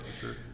Sure